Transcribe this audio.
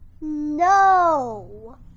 No